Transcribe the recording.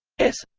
s